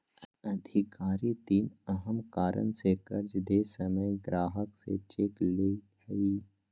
अधिकारी तीन अहम कारण से कर्ज दे समय ग्राहक से चेक ले हइ